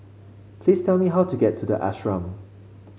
please tell me how to get to the Ashram